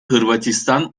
hırvatistan